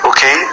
Okay